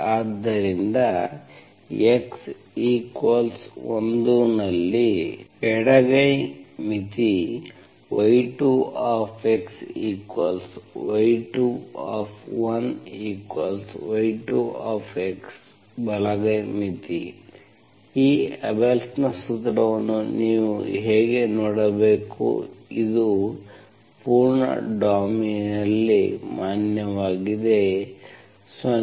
ಆದ್ದರಿಂದ x1 ನಲ್ಲಿ ಎಡಗೈ ಮಿತಿ y2xy21y2x ಬಲಗೈ ಮಿತಿ ಈ ಅಬೆಲ್ಸ್ Abelsನ ಸೂತ್ರವನ್ನು ನೀವು ಹೇಗೆ ನೋಡಬೇಕು ಇದು ಪೂರ್ಣ ಡೊಮೇನ್ನಲ್ಲಿ ಮಾನ್ಯವಾಗಿದೆ 02